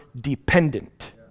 dependent